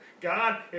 God